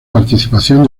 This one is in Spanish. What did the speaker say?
participación